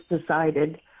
decided